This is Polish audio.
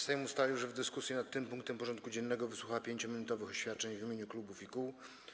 Sejm ustalił, że w dyskusji nad tym punktem porządku dziennego wysłucha 5-minutowych oświadczeń w imieniu klubów i kół.